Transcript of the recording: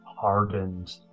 hardened